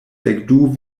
dekdu